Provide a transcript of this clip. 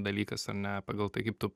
dalykas ar ne pagal tai kaip tu